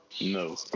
No